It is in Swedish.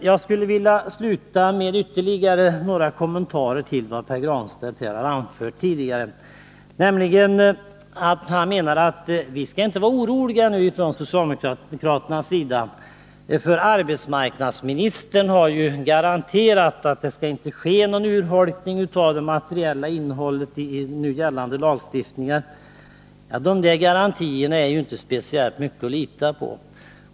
Jag skulle vilja göra ytterligare några kommentarer till vad Pär Granstedt anfört här tidigare. Han menar att socialdemokraterna inte behöver vara oroliga. Arbetsmarknadsministern har ju lämnat garantier för att det inte skall ske någon urholkning av det materiella innehållet i nu gällande lagstiftning. Dessa garantier är nog inte speciellt mycket att lita på.